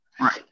Right